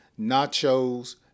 nachos